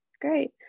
Great